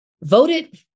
voted